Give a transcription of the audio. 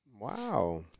Wow